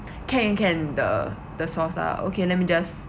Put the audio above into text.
can can the the sauce lah okay let me just